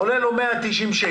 זה עולה לו 190 שקל,